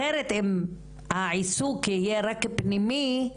אחרת אם העיסוק יהיה רק פנימי,